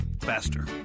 faster